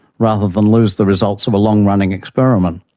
rather than lose the results of a long-running experiment.